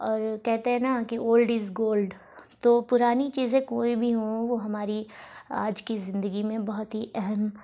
اور کہتے ہیں نا اولڈ از گولڈ تو پرانی چیزیں کوئی بھی ہوں وہ ہماری آج کی زندگی میں بہت ہی اہم